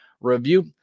review